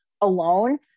alone